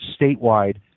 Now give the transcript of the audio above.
statewide